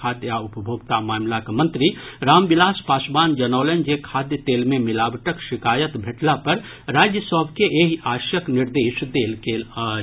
खाद्य आ उपभोक्ता मामिलाक मंत्री रामविलास पासवान जनौलनि जे खाद्य तेल मे मिलावटक शिकायत भेटला पर राज्य सभ के एहि आशयक निर्देश देल गेल अछि